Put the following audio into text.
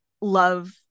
love